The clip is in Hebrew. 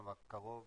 כלומר קרוב